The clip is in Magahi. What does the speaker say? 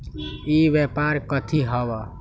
ई व्यापार कथी हव?